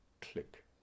click